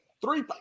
Three